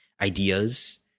ideas